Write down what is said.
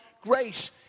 grace